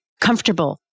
comfortable